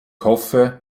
hoffe